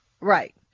Right